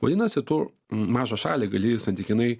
vadinasi tu mažą šalį gali santykinai